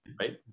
right